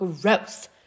gross